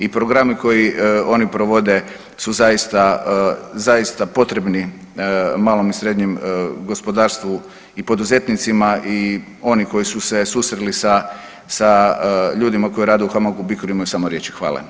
I programi koji oni provode su zaista, zaista potrebni malom i srednjem gospodarstvu i poduzetnicima i oni koji su se susreli sa, sa ljudima koji rade u HAMAG BICRO-u imaju samo riječi hvale.